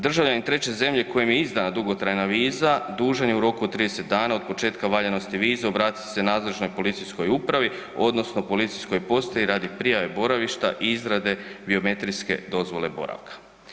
Državljanin treće zemlje kojem je izdana dugotrajna viza dužan je u roku od 30 dana od početka valjanosti vize obratiti se nadležnoj policijskoj upravi odnosno policijskoj postaji radi prijave boravišta i izrade biometrijske dozvole boravka.